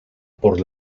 por